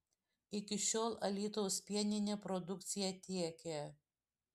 iki šiol alytaus pieninė produkciją tiekė